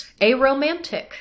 Aromantic